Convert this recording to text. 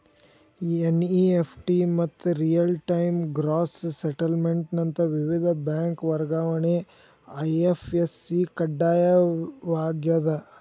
NEFT ಮತ್ತ real time gross settlement ನಂತ ವಿವಿಧ ಬ್ಯಾಂಕ್ ವರ್ಗಾವಣೆಗೆ ಐ.ಎಫ್.ಎಸ್.ಸಿ ಕಡ್ಡಾಯವಾಗ್ಯದ